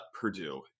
Purdue